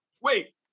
Wait